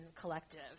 collective